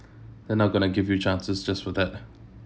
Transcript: they're not going to give you chances just for that